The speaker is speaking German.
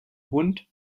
hund